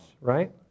Right